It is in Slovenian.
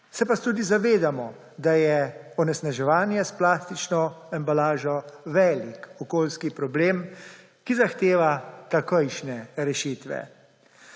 se pa tudi zavedamo, da je onesnaževanje s plastično embalažo velik okoljski problem, ki zahteva takojšnje rešitve.